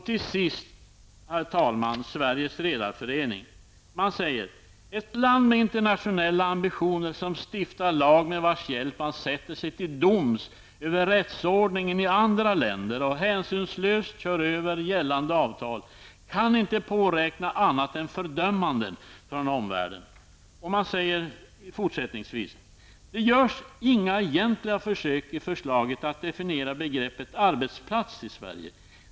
Till sist, herr talman, skriver Sveriges redareförening: ''Ett land med internationella ambitioner som stiftar lag med vars hjälp man sätter sig till doms över rättsordningen i andra länder och hänsynslöst kör över gällande avtal kan inte påräkna annat än fördömanden från omvärlden.'' Man säger fortsättningsvis: ''Det görs inga egentliga försök i förslaget att definiera begreppet arbetsplats i Sverige.